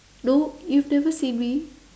no you've never seen me